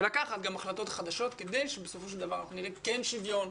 ולקחת גם החלטות חדשות כדי שבסופו של דבר אנחנו נראה כן שוויון,